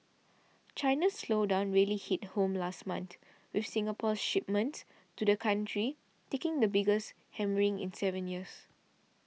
China's slowdown really hit home last month with Singapore's shipments to the country taking the biggest hammering in seven years